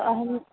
अहम्